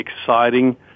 exciting